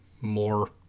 more